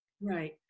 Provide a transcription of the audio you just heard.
Right